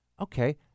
Okay